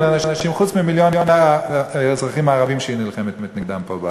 אנשים חוץ ממיליון האזרחים הערבים שהיא נלחמת נגדם פה בארץ.